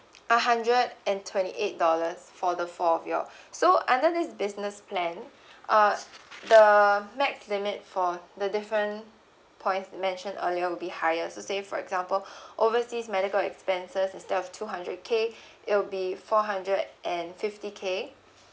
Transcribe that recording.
a hundred and twenty eight dollars for the four of you all so under this business plan uh the max limit for the different points you mention earlier will be higher so say for example overseas medical expenses instead of two hundred K it will be four hundred and fifty K